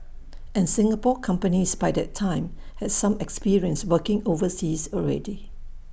and Singapore companies by that time had some experience working overseas already